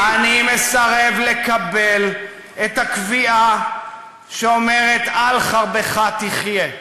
אני מסרב לקבל את הקביעה שאומרת "על חרבך תחיה".